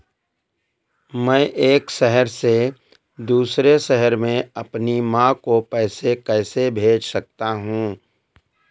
मैं एक शहर से दूसरे शहर में अपनी माँ को पैसे कैसे भेज सकता हूँ?